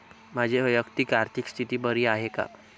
माझी वैयक्तिक आर्थिक स्थिती बरी आहे का?